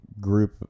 group